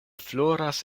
floras